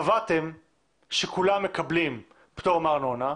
קבעתם שכולם מקבלים פטור מארנונה,